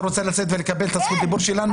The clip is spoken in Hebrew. אתה רוצה לצאת ולקבל זכות דיבור שלנו?